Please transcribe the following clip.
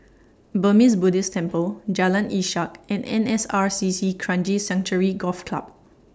Burmese Buddhist Temple Jalan Ishak and N S R C C Kranji Sanctuary Golf Club